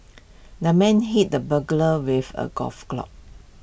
the man hit the burglar with A golf club